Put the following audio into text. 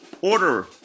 Order